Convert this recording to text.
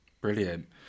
Brilliant